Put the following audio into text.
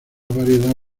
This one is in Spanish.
variedad